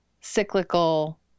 cyclical